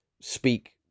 speak